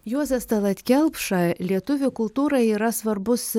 juozas talat kelpša lietuvių kultūrai yra svarbus